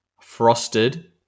Frosted